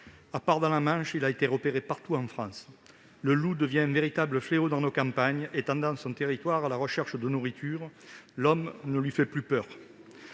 à part dans la Manche, il a été repéré partout en France. Le loup devient un véritable fléau dans nos campagnes, étendant son territoire à la recherche de nourriture. L'homme ne lui fait plus peur.